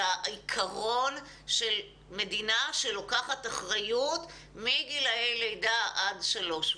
העיקרון של מדינה שלוקחת אחריות מגילי לידה עד גיל שלוש.